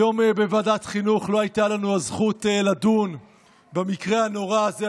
היום בוועדת חינוך לא הייתה לנו הזכות לדון במקרה הנורא הזה,